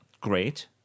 great